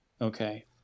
okay